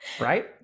Right